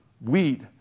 wheat